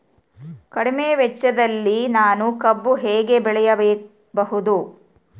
ಕಡಿಮೆ ವೆಚ್ಚದಲ್ಲಿ ನಾನು ಕಬ್ಬು ಹೇಗೆ ಬೆಳೆಯಬಹುದು?